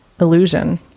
illusion